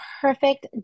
perfect